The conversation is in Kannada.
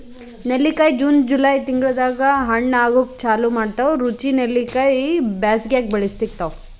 ನೆಲ್ಲಿಕಾಯಿ ಜೂನ್ ಜೂಲೈ ತಿಂಗಳ್ದಾಗ್ ಹಣ್ಣ್ ಆಗೂಕ್ ಚಾಲು ಮಾಡ್ತಾವ್ ರುಚಿ ನೆಲ್ಲಿಕಾಯಿ ಬ್ಯಾಸ್ಗ್ಯಾಗ್ ಸಿಗ್ತಾವ್